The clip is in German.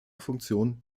funktion